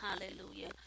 Hallelujah